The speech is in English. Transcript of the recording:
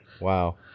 Wow